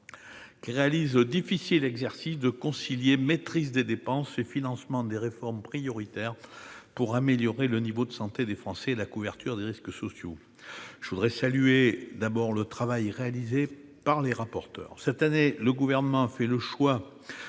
qui réalise le difficile exercice de concilier maîtrise des dépenses et financement des réformes prioritaires pour améliorer le niveau de santé des Français et la couverture des risques sociaux. Je voudrais tout d'abord saluer le travail réalisé par les rapporteurs. Cette année, le Gouvernement a fait le choix